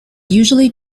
usually